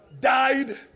died